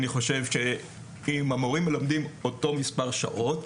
אני חושב שאם המורים מלמדים אותו מספר שעות,